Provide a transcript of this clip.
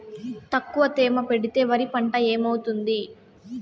తక్కువ తేమ పెడితే వరి పంట ఏమవుతుంది